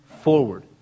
forward